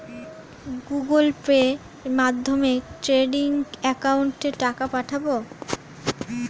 Google পের মাধ্যমে trading একাউন্টে টাকা পাঠাবো?